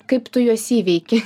kaip tu juos įveiki